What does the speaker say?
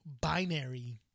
binary